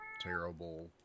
terrible